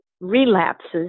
relapses